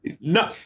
No